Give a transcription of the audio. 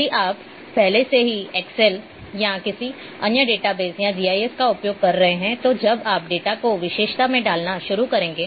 यदि आप पहले से ही एक्सेल या किसी अन्य डेटाबेस या जीआईएस का उपयोग कर रहे हैं तो जब आप डेटा को विशेषता में डालना शुरू करेंगे